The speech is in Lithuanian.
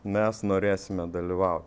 mes norėsime dalyvaut